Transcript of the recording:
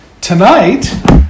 tonight